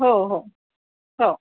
हो हो हो